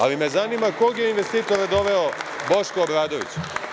Ali, me zanima kog je investitora doveo Boško Obradović?